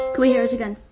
we hear it again?